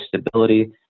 stability